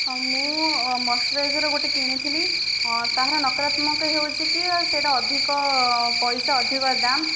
ମୁଁ ମଶ୍ଚରାଇଜର ଗୋଟେ କିଣିଥିଲି ତାହାର ନକାରାତ୍ମକ ହେଉଛି କି ସେଇଟା ଅଧିକ ପଇସା ଅଧିକ ଦାମ